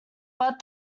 but